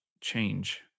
change